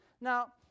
Now